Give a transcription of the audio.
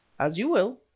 as you will,